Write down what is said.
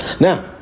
Now